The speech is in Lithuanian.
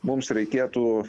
mums reikėtų